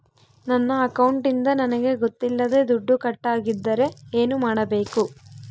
ನನ್ನ ಅಕೌಂಟಿಂದ ನನಗೆ ಗೊತ್ತಿಲ್ಲದೆ ದುಡ್ಡು ಕಟ್ಟಾಗಿದ್ದರೆ ಏನು ಮಾಡಬೇಕು?